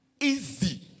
easy